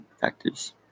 factors